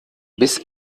bis